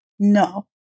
No